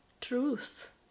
truth